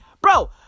Bro